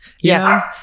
Yes